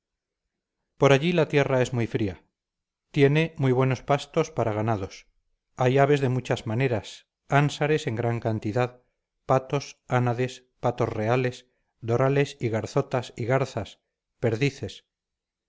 por allí la tierra en muy fría tiene muy buenos pastos para ganados hay aves de muchas maneras ánsares en gran cantidad patos ánades patos reales dorales y garzotas y garzas perdices